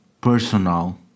personal